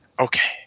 Okay